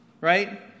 right